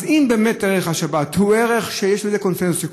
אז אם באמת ערך השבת הוא ערך שיש עליו קונסנזוס,